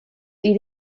die